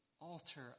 altar